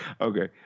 Okay